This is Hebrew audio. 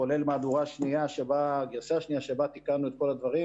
כולל גרסה שנייה שבה תיקנו את כל הדברים,